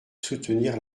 soutenir